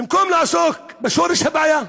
במקום לעסוק בשורש הבעיה,